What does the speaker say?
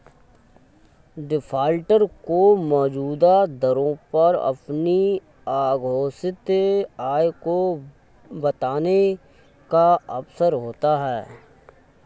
defaulter को मौजूदा दरों पर अपनी अघोषित आय को बताने का अवसर होता है